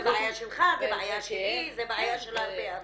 זה בעיה שלך, זה בעיה שלי, זה בעיה של הרבה אנשים.